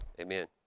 amen